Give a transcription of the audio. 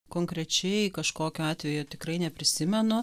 konkrečiai kažkokio atvejo tikrai neprisimenu